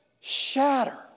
shatter